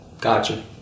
Gotcha